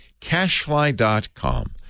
Cashfly.com